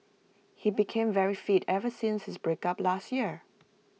he became very fit ever since his breakup last year